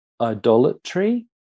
idolatry